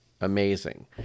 amazing